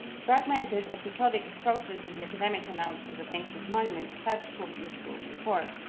fragmented episodic approaches in the academic analyses of ancient monuments have proved useful before.